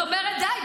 -- את אומרת "די",